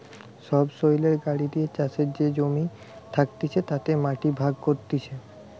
সবসৈলের গাড়ি দিয়ে চাষের যে জমি থাকতিছে তাতে মাটি ভাগ করতিছে